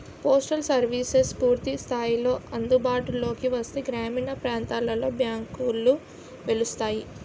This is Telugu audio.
పోస్టల్ సర్వీసెస్ పూర్తి స్థాయిలో అందుబాటులోకి వస్తే గ్రామీణ ప్రాంతాలలో బ్యాంకులు వెలుస్తాయి